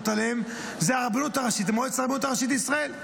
עליהן הן הרבנות הראשית ומועצת הרבנות הראשית לישראל.